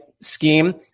scheme